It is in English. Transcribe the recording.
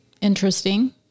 interesting